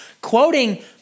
quoting